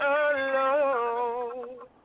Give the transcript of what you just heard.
alone